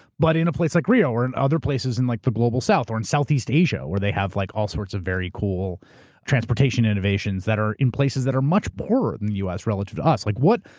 but in a place like rio, or in other places in like, the global south. or in southeast asia, where they have like all sorts of very cool transportation innovations that are in places that are much poorer than the us, relative to us. like, what,